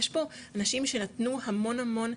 יש פה אנשים שנתנו המון המון,